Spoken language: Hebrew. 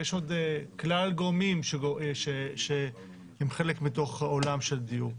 ועוד שלל גורמים שהם חלק מתחום הדיור.